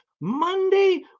Monday